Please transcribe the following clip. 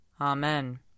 Amen